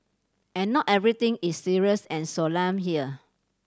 and not everything is serious and solemn here